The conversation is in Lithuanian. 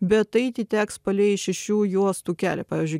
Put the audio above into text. bet eiti teks palei šešių juostų kelią pavyzdžiui